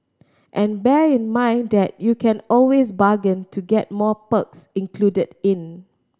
and bear in mind that you can always bargain to get more perks included in